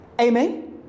Amen